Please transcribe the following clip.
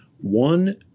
one